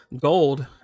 gold